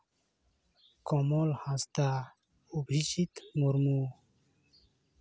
Kamal Hansda Abhijit Murmu